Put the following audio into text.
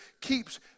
keeps